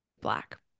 black